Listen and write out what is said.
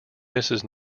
mrs